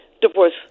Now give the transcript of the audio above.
divorce